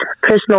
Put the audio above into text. personal